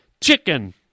chicken